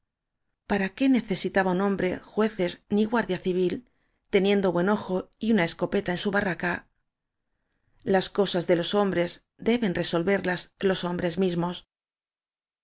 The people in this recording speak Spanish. para qué necesitaba un hombre jueces ni guardia civil teniendo buen ojo y una es copeta en su barraca las cosas de los hom bres deben resolverlas los hombres mismos